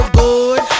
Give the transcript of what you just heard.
good